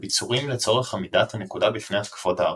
לביצורים לצורך עמידת הנקודה בפני התקפות הערבים.